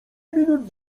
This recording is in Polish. minut